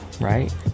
right